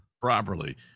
properly